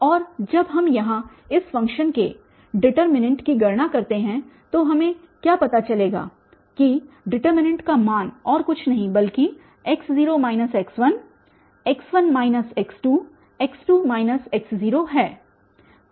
और जब हम यहाँ इस फ़ंक्शन के डेटर्मिनेन्ट की गणना करते हैं तो हमें क्या पता चलेगा कि सारणिक का मान और कुछ नहीं बल्कि है